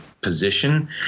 position